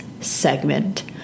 segment